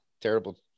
terrible